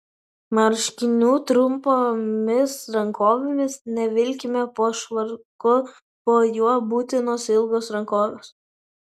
marškinių trumpomis rankovėmis nevilkime po švarku po juo būtinos ilgos rankovės